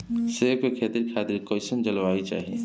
सेब के खेती खातिर कइसन जलवायु चाही?